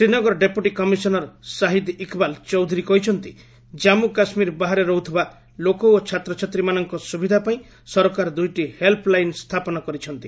Srinagar deputy commissioner Shahid Iqbal Choudhury କହିଛନ୍ତି କାଞ୍ଗୁ କାଶ୍ମୀର ବାହାରେ ରହୁଥିବା ଲୋକ ଓ ଛାତ୍ରଛାତ୍ରୀମାନଙ୍କ ସୁବିଧା ପାଇଁ ସରକାର ଦୁଇଟି ହେଲ୍ ଲାଇନ୍ ସ୍ଥାପନ କରିଛନ୍ତି